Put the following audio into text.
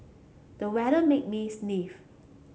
the weather made me sneeze